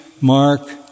Mark